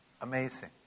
Amazing